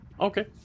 Okay